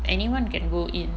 anyone can go in